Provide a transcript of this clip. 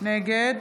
נגד